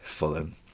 Fulham